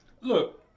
Look